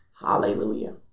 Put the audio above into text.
Hallelujah